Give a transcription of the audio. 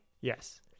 Yes